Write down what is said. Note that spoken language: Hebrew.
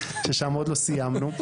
ששם עוד לא סיימנו,